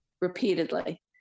repeatedly